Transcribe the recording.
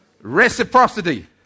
Reciprocity